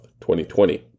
2020